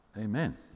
amen